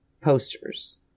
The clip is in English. Posters